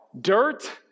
dirt